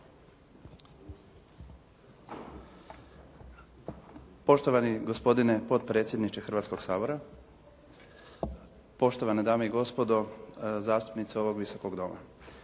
Poštovani gospodine potpredsjedniče Hrvatskoga sabora, poštovane dame i gospodo zastupnice ovoga Visokog doma.